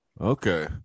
Okay